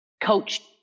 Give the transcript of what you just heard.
coach